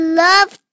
love